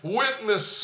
witness